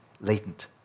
latent